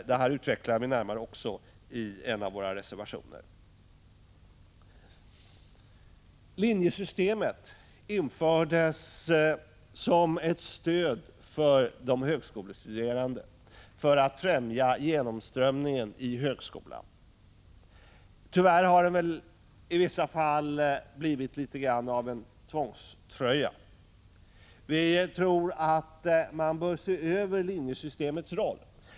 Detta utvecklar vi också närmare i en av våra reservationer. Linjesystemet infördes som ett stöd för de högskolestuderande för att främja genomströmningen i högskolan. Tyvärr har det i vissa fall blivit något av en tvångströja. Vi tror att man bör se över linjesystemets roll.